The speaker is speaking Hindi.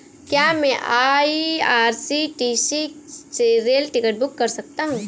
क्या मैं आई.आर.सी.टी.सी से रेल टिकट बुक कर सकता हूँ?